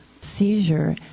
seizure